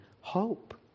hope